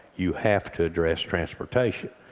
you have to address transportation.